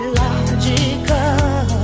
logical